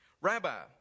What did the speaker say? Rabbi